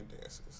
dances